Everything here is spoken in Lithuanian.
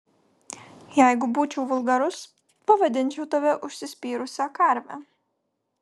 jeigu būčiau vulgarus pavadinčiau tave užsispyrusia karve